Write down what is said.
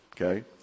Okay